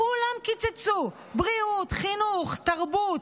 לכולם קיצצו: בריאות, חינוך, תרבות.